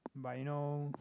but you know